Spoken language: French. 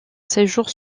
séjour